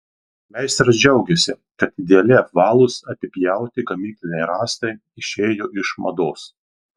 meistras džiaugiasi kad idealiai apvalūs apipjauti gamykliniai rąstai išėjo iš mados